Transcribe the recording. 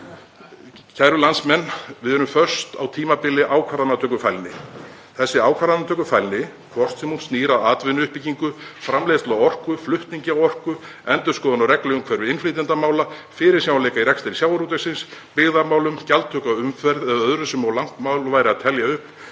Kæru landsmenn. Við erum föst á tímabili ákvarðanatökufælni. Þessi ákvarðanatökufælni, hvort sem hún snýr að atvinnuuppbyggingu, framleiðslu orku, flutningi á orku, endurskoðun á regluumhverfi innflytjendamála, fyrirsjáanleika í rekstri sjávarútvegsins, byggðamálum, gjaldtöku af umferð eða öðru sem of langt mál væri að telja upp,